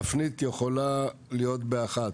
תפנית יכולה להיות באחת,